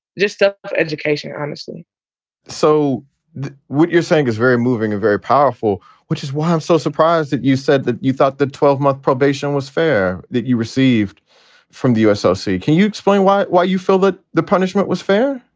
just stuff of education, honestly so what you're saying is very moving, a very powerful which is why i'm so surprised that you said that you thought the twelve month probation was fair that you received from the usoc. so can you explain why why you feel that the punishment was fair?